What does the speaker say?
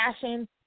fashion